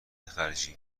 خرجی